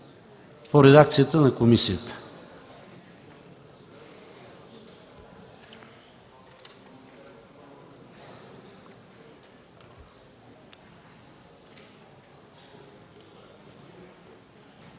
по редакцията на комисията.